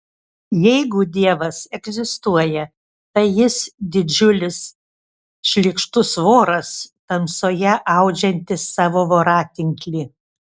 jeigu dievas egzistuoja tai jis didžiulis šlykštus voras tamsoje audžiantis savo voratinklį